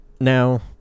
Now